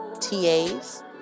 TAs